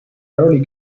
early